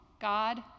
God